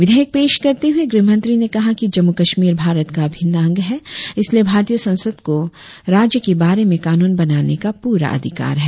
विधेयक पेश करते हुए गृहमंत्री ने कहा कि जम्मू कश्मीर भारत का अभिन्न अंग है इसलिये भारतीय संसदों को राज्य के बारे में कानून बनाने का पूरा अधिकार है